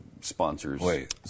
sponsors